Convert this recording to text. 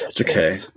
Okay